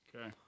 Okay